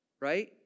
right